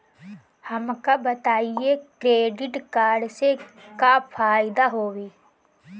हमका बताई credit card से का फायदा होई?